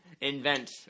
invent